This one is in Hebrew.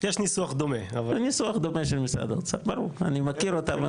ניסוח דומה של משרד האוצר, ברור, אני מכיר אותם.